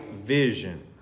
vision